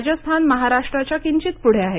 राजस्थान महाराष्ट्राच्या किंचित पुढे आहे